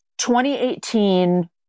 2018